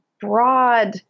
broad